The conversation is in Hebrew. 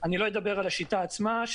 אני לא אדבר על השיטה עצמה,